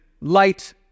light